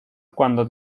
cuando